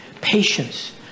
Patience